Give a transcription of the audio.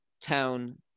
town